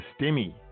stimmy